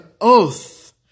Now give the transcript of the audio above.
oath